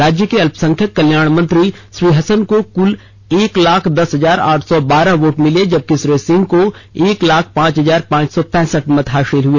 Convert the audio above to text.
राज्य के अल्पसंख्यक कल्याण मंत्री श्री हसन को कुल एक लाख दस हजार आठ सौ बारह योट मिले जबकि श्री सिंह को एक लाख पांच हजार पांच सौ पैंसठ मत हासिल हए